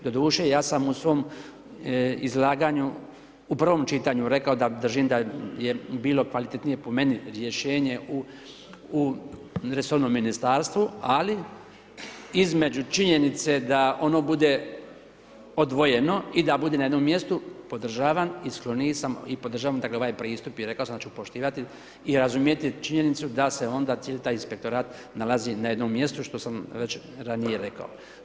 Doduše, ja sam u svom izlaganju u prvom čitanju, rekao da držim da je bilo kvalitetnije po meni rješenje u resornom Ministarstvu, ali između činjenice da ono bude odvojeno i da bude na jednom mjestu, podržavam i skloniji sam, i podržavam, dakle, ovaj pristup i rekao sam da ću poštivati i razumjeti činjenicu da se onda cijeli taj Inspektorat nalazi na jednom mjestu, što sam već ranije rekao.